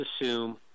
assume